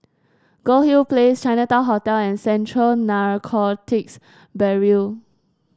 Goldhill Place Chinatown Hotel and Central Narcotics Bureau